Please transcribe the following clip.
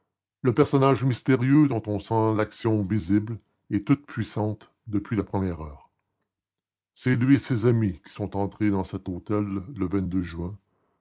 le personnage mystérieux dont on sent l'action visible et toute-puissante depuis la première heure c'est lui et ses amis qui sont entrés dans cet hôtel le juin